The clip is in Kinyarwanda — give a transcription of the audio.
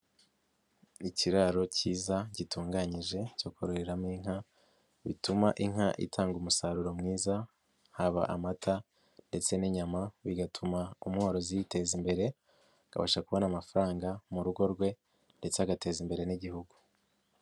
Ikiraro kiza gitunganyije cyo kororeramo inka, bituma inka itanga umusaruro mwiza, haba amata ndetse n'inyama, bigatuma umworozi yiteza imbere akabasha kubona amafaranga mu rugo rwe ndetse agateza imbere n'Igihugu.